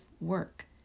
work